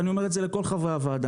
ואני אומר את זה לכל חברי הוועדה,